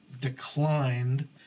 declined